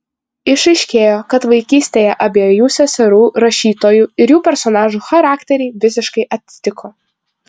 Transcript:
išaiškėjo kad vaikystėje abiejų seserų rašytojų ir jų personažų charakteriai visiškai atitiko